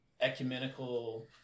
ecumenical